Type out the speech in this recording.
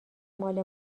مال